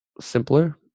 simpler